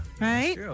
Right